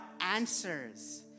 answers